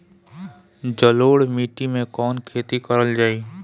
जलोढ़ माटी में कवन खेती करल जाई?